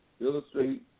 illustrate